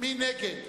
מי נגד?